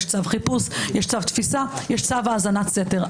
יש צו חיפוש, יש צו תפיסה, יש צו האזנת סתר.